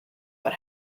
what